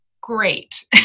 Great